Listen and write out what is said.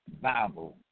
Bible